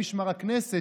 תאגמו בדיקות,